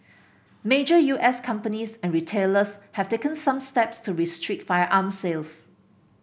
major U S companies and retailers have taken some steps to restrict firearm sales